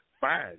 fine